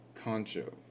Concho